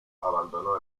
abandonó